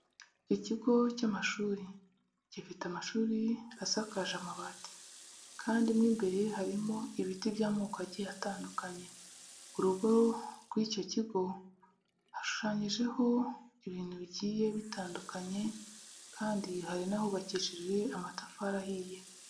Ikigo cy'amashuri, gifite amashuri asakaje amabati kandi mo imbere harimo ibiti by'amoko agiye atandukanye, urugo rw'icyo kigo hashushanyijeho ibintu bigiye bitandukanye kandi hari n'ahubakishije amatafari ahiye.